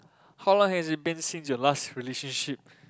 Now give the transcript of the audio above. how long has it been since your last relationship